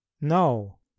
No